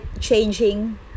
changing